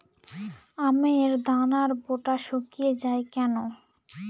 আমের দানার বোঁটা শুকিয়ে য়ায় কেন?